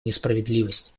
несправедливость